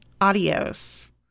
adios